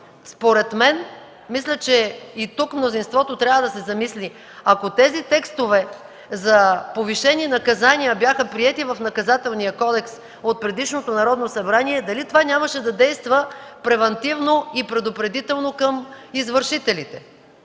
тревога. Мисля, че тук мнозинството трябва да се замисли – ако текстовете за повишени наказания бяха приети в Наказателния кодекс от предишното Народно събрание, дали това нямаше да действа превантивно и предупредително към извършителите?